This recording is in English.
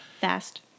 Fast